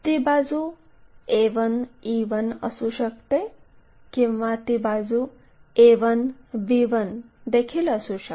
ती बाजू a1 e1 असू शकते किंवा ती बाजू a1 b1 देखील असू शकते